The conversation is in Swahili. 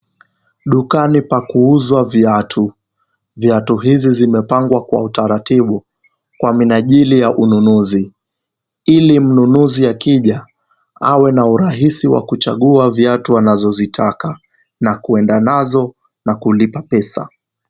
Dukani pa kuuzwa viatu. Viatu hizi zimepangwa kwa utaratibu. Kwa minajili ya unununuzi. Ili mnunuzi akija awe na urahisi ya kuchagua viatu anazo zitaka na kuenda nazo na kulipa pesa.